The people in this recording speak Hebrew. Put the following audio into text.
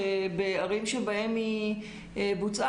שבערים שבהן היא בוצעה,